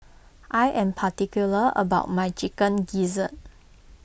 I am particular about my Chicken Gizzard